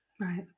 right